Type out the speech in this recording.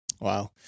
Wow